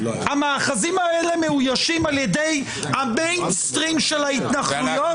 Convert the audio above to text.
המאחזים האלה מאוישים על ידי המיינסטרים של ההתנחלויות?